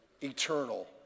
eternal